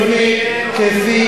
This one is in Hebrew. אובמה כשראש הממשלה,